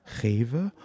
geven